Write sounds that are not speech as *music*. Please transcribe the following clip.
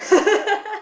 *laughs*